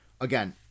again